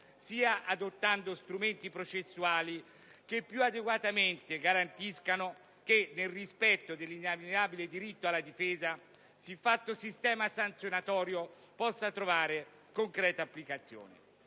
adottando strumenti processuali che più adeguatamente garantiscano che, nel rispetto dell'inalienabile diritto alla difesa, siffatto sistema sanzionatorio possa trovare concreta applicazione.